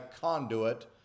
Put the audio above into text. conduit